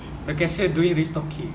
the cashier doing restocking